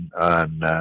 on